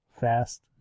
fast